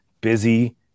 busy